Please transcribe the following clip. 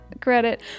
credit